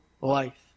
life